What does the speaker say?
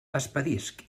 expedisc